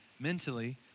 Mentally